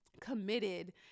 committed